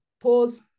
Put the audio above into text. pause